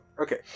Okay